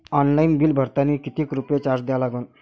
Online bill भरतानी कितीक रुपये चार्ज द्या लागन?